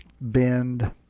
bend